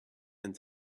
and